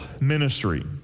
ministry